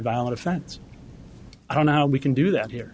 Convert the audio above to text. violent offense i don't know how we can do that here